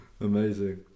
Amazing